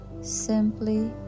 simply